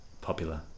popular